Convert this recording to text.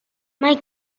mae